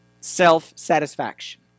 self-satisfaction